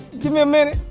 gimme a minute.